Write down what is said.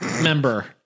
member